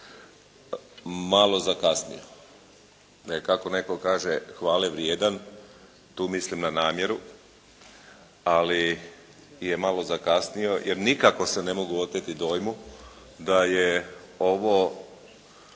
malo zakasnio. Kako neko kaže, hvale vrijedan, tu mislim na namjeru, ali je malo zakasnio, jer nikako se ne mogu oteti dojmu da je ovo